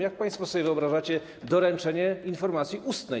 Jak państwo sobie wyobrażacie doręczenie informacji ustnej?